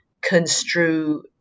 construe